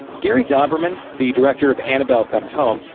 gary dauberman the director of annabelle comes home,